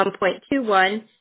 $1.21